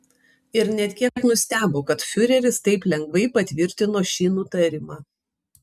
ir net kiek nustebo kad fiureris taip lengvai patvirtino šį nutarimą